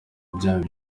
byaba